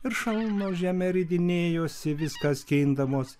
ir šalnos žeme ridinėjosi viską skindamos